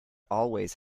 always